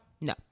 No